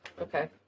Okay